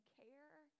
care